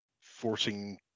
forcing